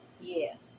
Yes